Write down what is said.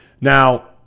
now